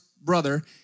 brother